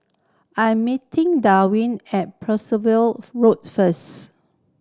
I'm meeting Derwin at Percival Road first